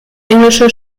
englische